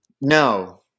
No